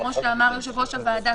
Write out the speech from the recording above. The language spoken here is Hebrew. כמו שאמר יושב-ראש הוועדה,